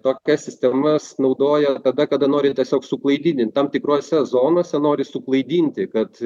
tokias sistemas naudoja tada kada nori tiesiog suklaidinint tam tikrose zonose nori suklaidinti kad